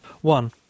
One